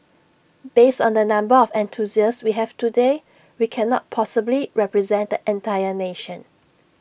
based on the number of enthusiasts we have today we cannot possibly represent the entire nation